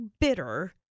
bitter